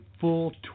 full